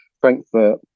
Frankfurt